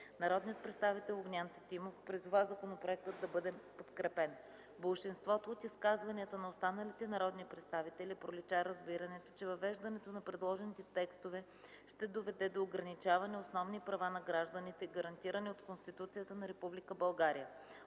Народният представител Огнян Тетимов призова законопроектът да бъде подкрепен. В болшинството от изказванията на останалите народни представители пролича разбирането, че въвеждането на предложените текстове ще доведе до ограничаване основни права на гражданите, гарантирани от Конституцията на